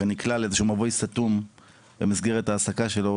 ונקלע לאיזשהו מבוי סתום במסגרת ההעסקה שלו.